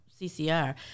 CCR